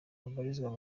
babarizwa